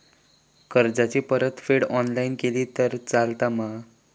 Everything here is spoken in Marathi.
कर्जाची परतफेड ऑनलाइन केली तरी चलता मा?